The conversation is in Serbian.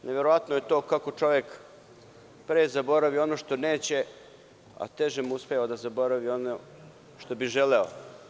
Neverovatno je to kako čovek pre zaboravi ono što neće, a teže mu uspeva da zaboravi ono što bi želeo.